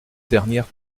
dernière